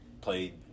played